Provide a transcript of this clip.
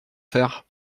faire